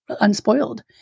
unspoiled